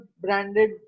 branded